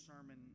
sermon